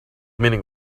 meeting